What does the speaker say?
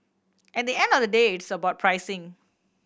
at the end of the day it's about pricing